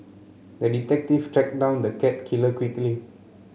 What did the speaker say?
the detective tracked down the cat killer quickly